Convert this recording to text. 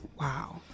wow